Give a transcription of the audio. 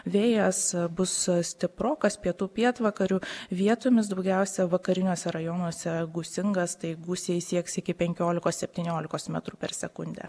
vėjas bus stiprokas pietų pietvakarių vietomis daugiausia vakariniuose rajonuose gūsingas gūsiai sieks iki penkiolikos septyniolikos metrų per sekundę